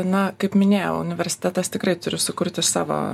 na kaip minėjau universitetas tikrai turi sukurti savo